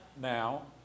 now